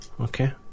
Okay